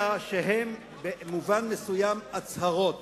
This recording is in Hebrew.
אלא שבמובן מסוים הם הצהרות.